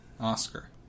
Oscar